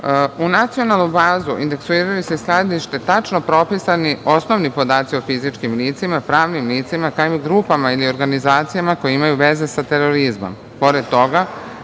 nacionalnu bazu indeksiraju se i skladište tačno propisani osnovni podaci o fizičkim licima, pravnim licima, kao i grupama ili organizacijama koje imaju veze sa terorizmom.